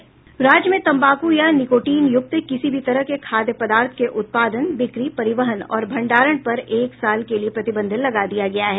राज्य में तंबाकू या निकोटीन यूक्त किसी भी तरह के खाद्य पदार्थ के उत्पादन बिक्री परिवहन और भंडारण पर एक साल के लिए प्रतिबंध लगा दिया गया है